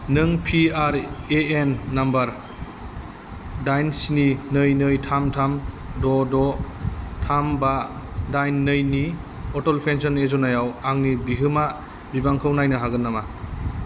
नों P R A N number दाइन स्नि नै नै थाम थाम द' द' थाम बा दाइन नै नि अटल पेन्सन य'जनायाव आंनि बिहोमा बिबांखौ नायनो हागोन नामा